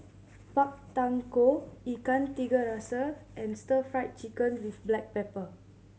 Pak Thong Ko Ikan Tiga Rasa and Stir Fried Chicken with black pepper